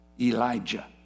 Elijah